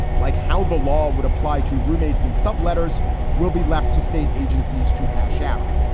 like how the law would apply to roommates and sub letters will be left to state agencies to hash out.